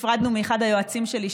נפרדנו מאחד היועצים שלי,